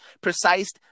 precise